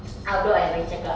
outdoor adventure club